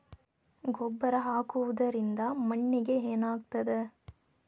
ಗೊಬ್ಬರ ಹಾಕುವುದರಿಂದ ಮಣ್ಣಿಗೆ ಏನಾಗ್ತದ?